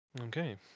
Okay